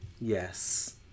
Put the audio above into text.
Yes